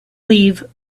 leave